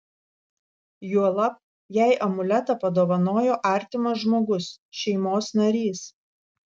juolab jei amuletą padovanojo artimas žmogus šeimos narys